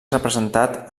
representat